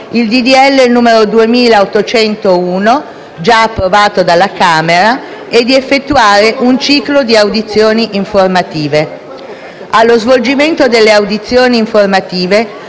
legge n. 2801, già approvato dalla Camera, e di effettuare un ciclo di audizioni informative. Allo svolgimento delle audizioni informative